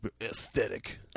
Aesthetic